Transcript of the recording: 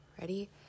Ready